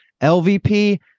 LVP